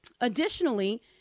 Additionally